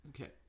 Okay